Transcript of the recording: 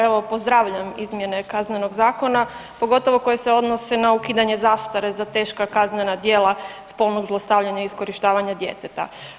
Evo pozdravljam izmjene KZ-a pogotovo koje se odnose na ukidanje zastare za teška kaznena djela spolnog zlostavljanja i iskorištavanja djeteta.